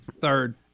Third